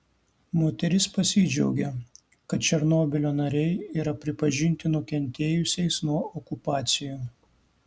moteris pasidžiaugė kad černobylio nariai yra pripažinti nukentėjusiais nuo okupacijų